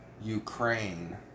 Ukraine